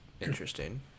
interesting